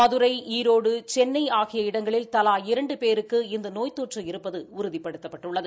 மதுரை ஈரோடு சென்னை ஆகிய இடங்களில் தலா இரண்டு பேருக்கு இந்த நோய்தொற்று இருப்பது உறுதிபடுத்தப்பட்டுள்ளது